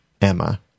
Emma